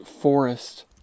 forest